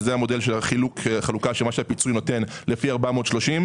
זה מה שהפיצוי נותן לפי 430,